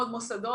שלום לכולם,